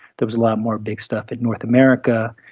there was a lot more big stuff in north america,